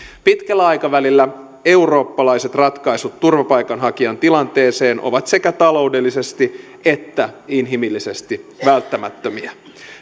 pitkällä aikavälillä eurooppalaiset ratkaisut turvapaikanhakijatilanteeseen ovat sekä taloudellisesti että inhimillisesti välttämättömiä